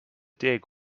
dig